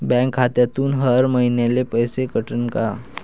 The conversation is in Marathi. बँक खात्यातून हर महिन्याले पैसे कटन का?